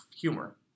humor